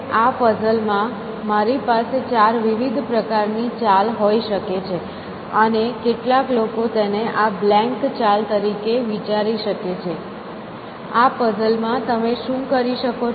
હવે આ પઝલમાં મારી પાસે ચાર વિવિધ પ્રકારની ચાલ હોઈ શકે છે અને કેટલાક લોકો તેને આ બ્લેન્ક ચાલ તરીકે વિચારી શકે છે આ પઝલ માં તમે શું કરી શકો છો